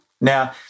Now